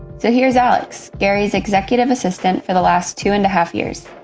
so here's alex, gary's executive assistant for the last two and a half years.